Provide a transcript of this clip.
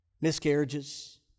Miscarriages